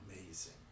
amazing